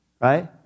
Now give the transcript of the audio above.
Right